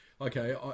okay